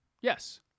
Yes